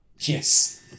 Yes